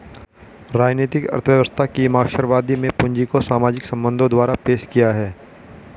राजनीतिक अर्थव्यवस्था की मार्क्सवादी में पूंजी को सामाजिक संबंधों द्वारा पेश किया है